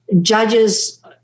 Judges